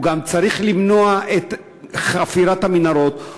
הוא גם צריך למנוע את חפירת המנהרות,